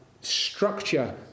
structure